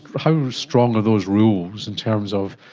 how strong are those rules in terms of,